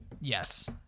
Yes